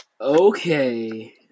Okay